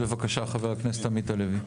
בבקשה, חבר הכנסת עמית הלוי.